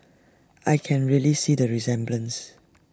I can really see the resemblance